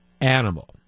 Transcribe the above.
animal